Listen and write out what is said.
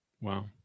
Wow